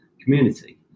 community